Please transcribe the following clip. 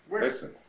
listen